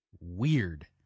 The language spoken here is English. Weird